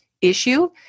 issue